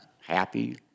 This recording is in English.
happy